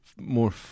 more